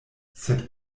sed